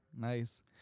Nice